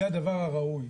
זה הדבר הראוי.